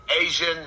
Asian